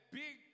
big